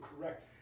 correct